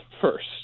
first